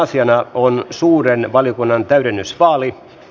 asiana on suuren valiokunnan täydennysvaali